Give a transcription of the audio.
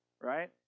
right